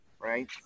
right